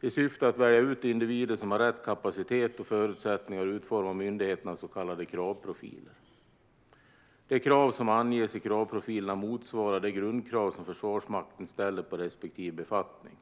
I syfte att välja ut de individer som har rätt kapacitet och förutsättningar utformar myndigheterna så kallade kravprofiler. De krav som anges i kravprofilerna motsvarar de grundkrav som Försvarsmakten ställer på respektive befattning.